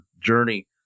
journey